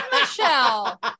Michelle